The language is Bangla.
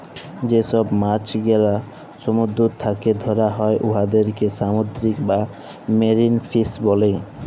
যে ছব মাছ গেলা সমুদ্দুর থ্যাকে ধ্যরা হ্যয় উয়াদেরকে সামুদ্দিরিক বা মেরিল ফিস ব্যলে